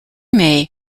may